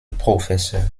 professeur